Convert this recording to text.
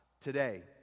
today